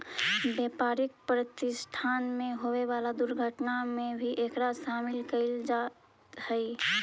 व्यापारिक प्रतिष्ठान में होवे वाला दुर्घटना में भी एकरा शामिल कईल जईत हई